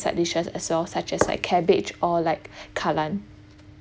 side dishes as well such as like cabbage or like kai lan